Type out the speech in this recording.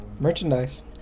Merchandise